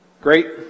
Great